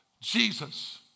Jesus